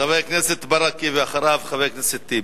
חבר הכנסת מוחמד ברכה, ואחריו, חבר הכנסת טיבי.